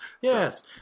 Yes